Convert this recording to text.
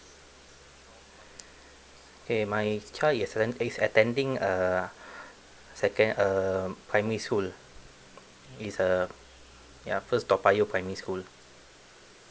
okay my child is atten~ is attending uh second uh primary school it's uh ya first toa payoh primary school